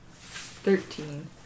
Thirteen